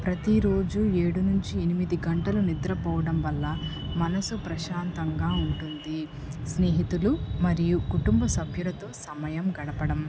ప్రతిరోజు ఏడు నుంచి ఎనిమిది గంటలు నిద్రపోవడం వల్ల మనసు ప్రశాంతంగా ఉంటుంది స్నేహితులు మరియు కుటుంబ సభ్యులతో సమయం గడపడం